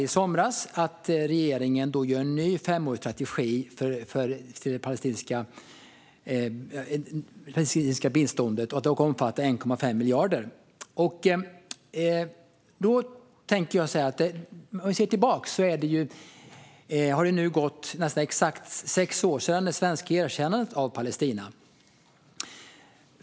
I regeringens nya femårsstrategi för Palestina uppgår biståndet till 1,5 miljarder. Det är sex år sedan Sverige erkände Palestina.